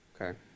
okay